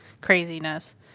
craziness